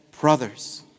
brothers